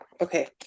okay